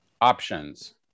options